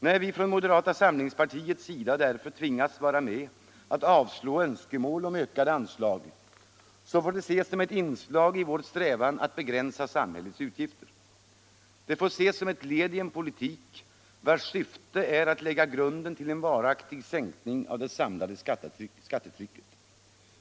När vi från moderata samlingspartiet därför tvingas vara med och avvisa önskemål om ökade anslag, får det ses som ett inslag i vår strävan att begränsa samhällets utgifter. Det får ses som ett led i en politik, vars syfte är att lägga grunden till en varaktig sänkning av det samlade skattetrycket.